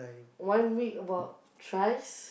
one week about thrice